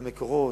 למקורות,